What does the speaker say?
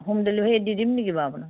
হম delivery দিম নেকি বাৰু আপোনাক